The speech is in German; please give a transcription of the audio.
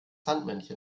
sandmännchen